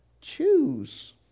Choose